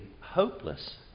hopeless